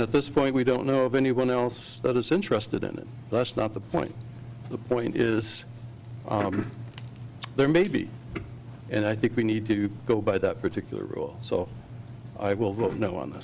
at this point we don't know of anyone else that is interested in it that's not the point the point is there maybe and i think we need to go by that particular rule so i will vote no on th